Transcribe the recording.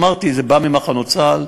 אמרתי: זה בא ממחנות צה"ל,